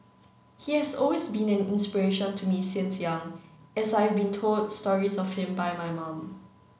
he has always been an inspiration to me since young as I've been told stories of him by my mum